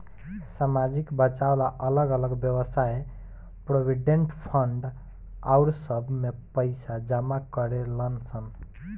सामाजिक बचाव ला अलग अलग वयव्साय प्रोविडेंट फंड आउर सब में पैसा जमा करेलन सन